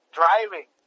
driving